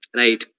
right